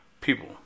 people